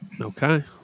Okay